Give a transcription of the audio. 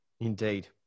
Indeed